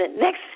next